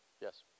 Yes